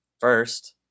first